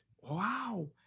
wow